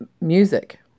music